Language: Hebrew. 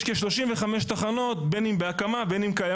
יש כ-35 תחנות, בין אם בהקמה, בין אם קיימות.